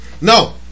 No